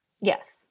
Yes